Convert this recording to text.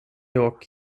york